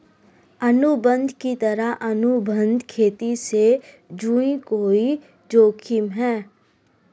अनुबंध की तरह, अनुबंध खेती से जुड़े कई जोखिम है